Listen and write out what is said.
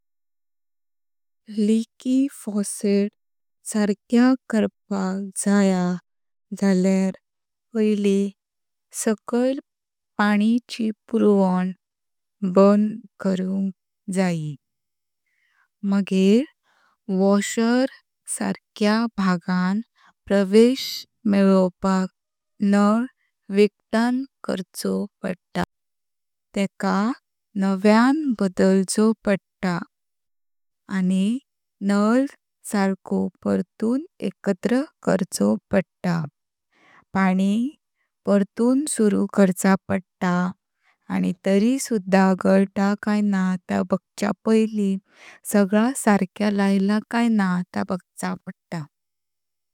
Leaky faucet साऱ्या करपाक जया गल्यार पयली सकयल पानी ची पूर्वण बंद करुंक जयी मगेर वॉशर साऱ्या भागांत प्रवेश मेलवपाक नळ विघटन करचो पडता। तेका नव्यान बदळचो पडता आनी नळ सर्को परतुं एकत्र करचो पडता। पानी परतुं सुरु करचा पडता आनी तरी सुद्धा गळता कय ना ता बगच्या पोईली सगळा साऱ्या लयला कय ना ता बगचा पडता।